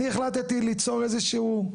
אני החלטתי ליצור איזה שהוא,